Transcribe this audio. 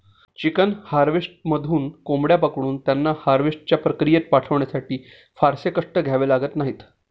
chicken हार्वेस्टरमधून कोंबड्या पकडून त्यांना हार्वेस्टच्या प्रक्रियेत पाठवण्यासाठी फारसे कष्ट घ्यावे लागत नाहीत